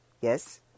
yes